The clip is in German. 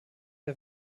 der